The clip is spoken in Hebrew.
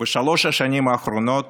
בשלוש השנים האחרונות